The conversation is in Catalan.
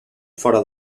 fora